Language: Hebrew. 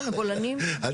אבל